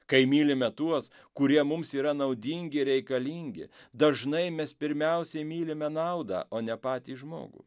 kai mylime tuos kurie mums yra naudingi ir reikalingi dažnai mes pirmiausiai mylime naudą o ne patį žmogų